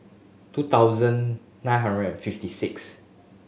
two thousand nine hundred and fifty six